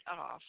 off